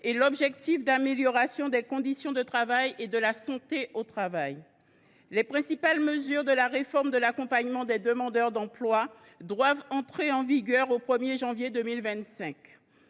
ainsi que l’amélioration des conditions de travail et de la santé au travail. Les principales mesures de la réforme de l’accompagnement des demandeurs d’emploi doivent entrer en vigueur au 1 janvier 2025.